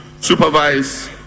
supervise